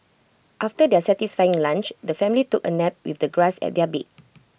after their satisfying lunch the family took A nap with the grass as their bed